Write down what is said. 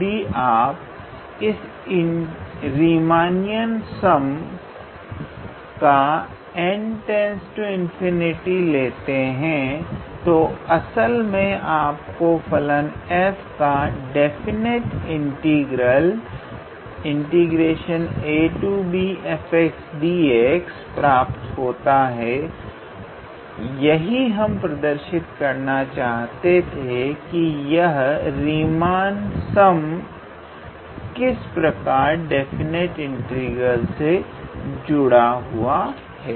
यदि आप इस रीमानीयन सम का 𝑛 →∞ लेते हैं तो असल में आपको फलन f का डेफिनिटी इंटीग्रल प्राप्त होता है यही हम प्रदर्शित करना चाहते थे कि यह रीमान सम किस प्रकार से डेफिनिटी इंटीग्रल से जुड़ा हुआ है